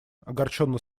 огорченно